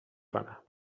کنم